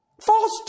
False